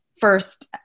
first